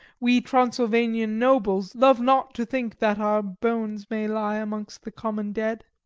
we transylvanian nobles love not to think that our bones may lie amongst the common dead.